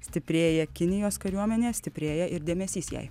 stiprėja kinijos kariuomenė stiprėja ir dėmesys jai